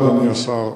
תודה, אדוני השר.